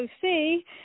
see